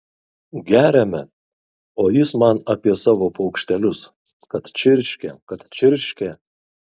geriame o jis man apie savo paukštelius kad čirškia kad čirškia